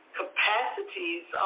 capacities